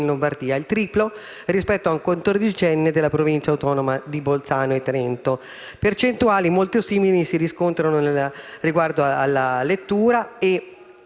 il triplo rispetto ad un quattordicenne delle Province autonome di Bolzano e Trento. Percentuali molto simili si riscontrano riguardo alla lettura: